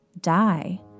die